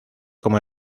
como